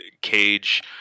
cage